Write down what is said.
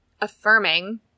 affirming